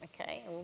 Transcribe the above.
okay